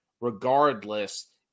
regardless